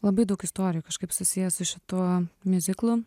labai daug istorijų kažkaip susiję su šituo miuziklu